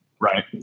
Right